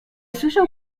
słyszał